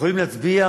יכולים להצביע